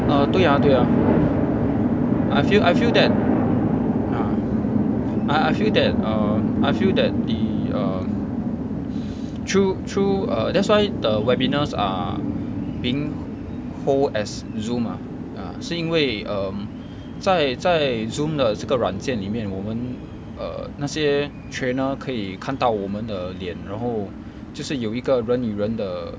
ah 对啊对啊 I feel I feel that uh I I feel that err I feel that the err through through err that's why the webinars are being hold as Zoom ah 是因为 um 在在 Zoom 的这个软件里面我们 err 那些 trainer 可以看到我们的脸然后就是有一个人与人的